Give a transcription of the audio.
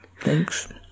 Thanks